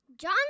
John